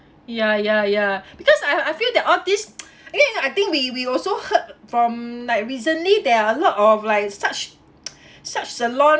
ya ya ya because I I feel that all this I think I think we we also heard from like recently there are a lot of like such such salon